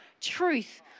truth